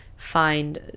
find